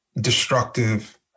destructive